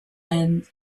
and